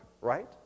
Right